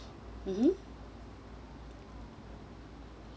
mmhmm